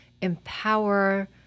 empower